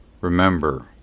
Remember